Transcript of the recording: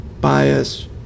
bias